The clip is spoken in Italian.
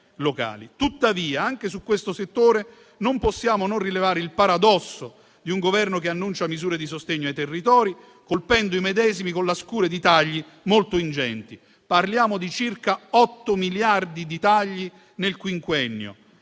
Tuttavia, anche su questo settore non possiamo non rilevare il paradosso di un Governo che annuncia misure di sostegno ai territori, colpendo i medesimi con la scure di tagli molto ingenti. Parliamo di circa otto miliardi di tagli nel quinquennio,